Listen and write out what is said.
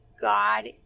God